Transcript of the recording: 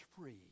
free